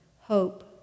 hope